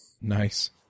Nice